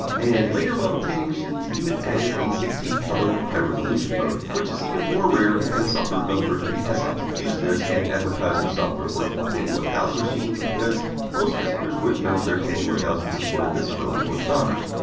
and later model tandy machines even added a sixteen color high resolution mode, which is even more rare because software developers would be hesitant to use this and advertise their software works with tandy one thousand machines because most customers wouldn't know if their tandy one thousand supported this mode or not.